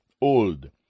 old